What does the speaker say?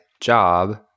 job